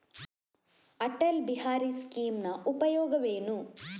ಅಟಲ್ ಬಿಹಾರಿ ಸ್ಕೀಮಿನ ಉಪಯೋಗವೇನು?